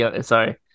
Sorry